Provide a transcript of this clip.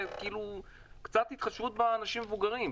קצת התחשבות באנשים המבוגרים.